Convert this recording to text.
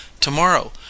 Tomorrow